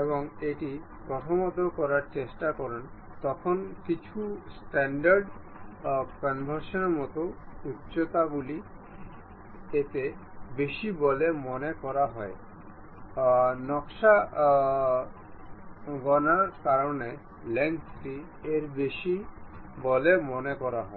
এবং এটি প্রস্তুত করার চেষ্টা করেন তখন কিছু স্ট্যান্ডার্ড কনভেনশন যেমন উচ্চতাগুলি এত বেশি বলে মনে করা হয় নকশা গণনার কারণে লেংথটি এত বেশি বলে মনে করা হয়